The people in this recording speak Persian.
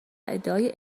ادعای